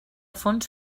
fons